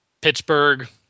Pittsburgh